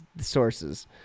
sources